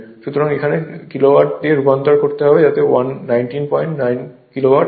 সুতরাং এখানে কিলোওয়াট দিয়ে রূপান্তর করতে হবে যাতে 199 কিলোওয়াট হয়